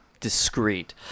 discreet